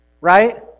right